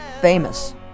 famous